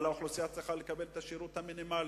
אבל האוכלוסייה צריכה לקבל את השירות המינימלי.